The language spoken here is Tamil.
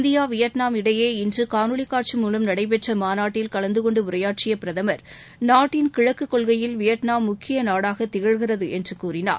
இந்தியா வியட்நாம் இடையே இன்று காணொலி காட்சி மூலம் நடைபெற்ற மாநாட்டில் கலந்து கொண்டு உரையாற்றிய பிரதமர் நாட்டின் கிழக்கு கொள்கையில் வியட்நாம் முக்கிய நாடாக திகழ்கிறது என்று கூறினார்